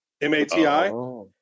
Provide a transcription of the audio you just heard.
M-A-T-I